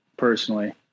personally